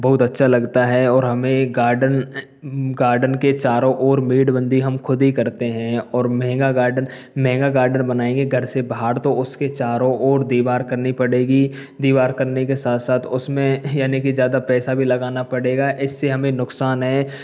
बहुत अच्छा लगता है और हमें गार्डन गार्डन के चारों और मेड बंदी हम खुद ही करते हैं और महँगा गार्डन महँगा गार्डन बनाएंगे घर से बाहर तो उसके चारों और दीवार करनी पड़ेगी दीवार करने के साथ साथ उसमे यानी कि ज़्यादा पैसा भी लगाना पड़ेगा इससे हमें नुकसान है